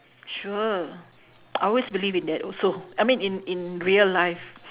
sure I always believe in that also I mean in in real life